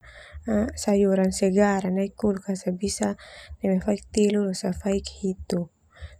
Sayuran segar nai kulkas bisa neme faik telu losa faik hitu.